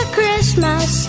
Christmas